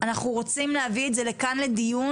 אנחנו רוצים להביא את זה לכאן לדיון,